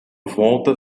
volta